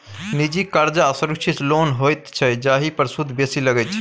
निजी करजा असुरक्षित लोन होइत छै जाहि पर सुद बेसी लगै छै